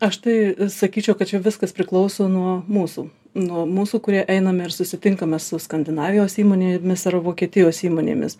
aš tai sakyčiau kad čia viskas priklauso nuo mūsų nuo mūsų kurie einame ir susitinkame su skandinavijos įmonėmis ar vokietijos įmonėmis